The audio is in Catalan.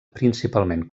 principalment